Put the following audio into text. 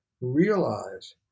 realize